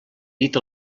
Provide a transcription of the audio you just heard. dit